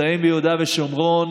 הנמצאים ביהודה ושומרון.